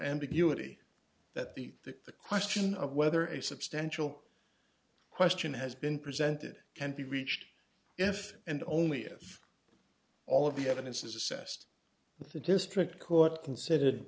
ambiguity that the the the question of whether a substantial question has been presented can be reached if and only if all of the evidence is assessed the district court considered